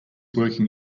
working